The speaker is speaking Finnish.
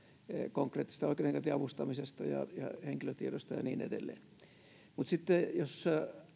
konkreettisesta oikeudenkäyntiavustamisesta ja henkilötiedoista ja niin edelleen mutta sitten jos